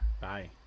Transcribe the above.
Bye